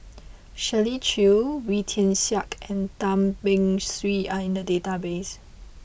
Shirley Chew Wee Tian Siak and Tan Beng Swee are in the database